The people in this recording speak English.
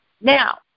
Now